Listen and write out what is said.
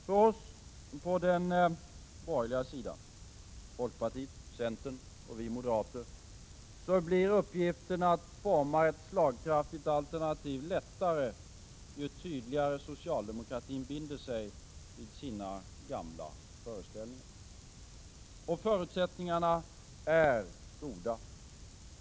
För oss på den borgerliga sidan — folkpartiet, centern och vi moderater — blir uppgiften att forma ett slagkraftigt alternativ lättare ju tydligare socialdemokratin binder sig vid sina gamla föreställningar. Och förutsättningarna är goda.